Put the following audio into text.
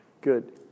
Good